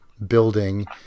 Building